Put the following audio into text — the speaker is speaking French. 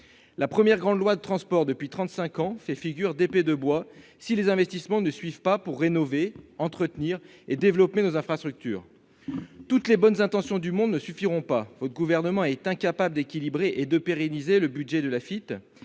La première grande loi sur les transports depuis trente-cinq ans fera figure d'épée de bois si les investissements ne suivent pas pour rénover, entretenir et développer nos infrastructures. Toutes les bonnes intentions du monde ne suffiront pas. Le Gouvernement est incapable d'équilibrer et de pérenniser le budget de l'Afitf,